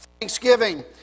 Thanksgiving